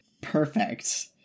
perfect